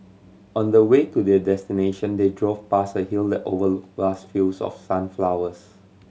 on the way to their destination they drove past a hill that overlooked vast fields of sunflowers